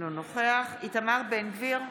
אינו נוכח איתמר בן גביר,